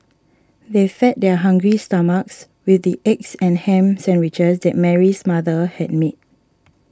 they fed their hungry stomachs with the eggs and ham sandwiches that Mary's mother had made